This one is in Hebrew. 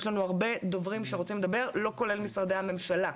יש לנו הרבה דוברים שרוצים לדבר לא כולל משרדי הממשלה.